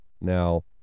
now